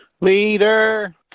Leader